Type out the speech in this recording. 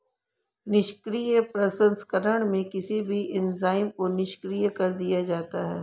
निष्क्रिय प्रसंस्करण में किसी भी एंजाइम को निष्क्रिय कर दिया जाता है